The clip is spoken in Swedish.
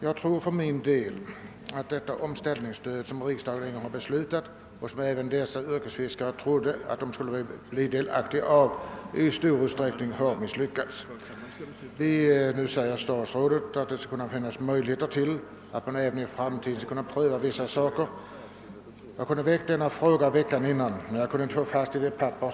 Jag tror för min del att det omställningsstöd, som riksdagen beslutat om och som även dessa yrkesfiskare trodde att de skulle bli delaktiga av, i stor utsträckning har misslyckats. Nu sade statsrådet att det skulle finnas möjligheter att också i framtiden pröva vissa ansökningar. Jag kunde ha väckt denna fråga en vecka tidigare men kunde inte få de nödvändiga papperen.